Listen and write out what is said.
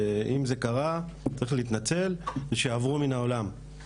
שאם זה קרה צריך להתנצל ושיעברו מן העולם.